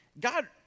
God